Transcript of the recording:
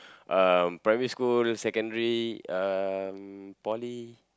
um primary school secondary um poly